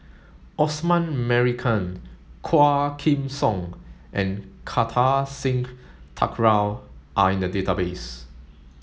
Osman Merican Quah Kim Song and Kartar Singh Thakral are in the database